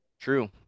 True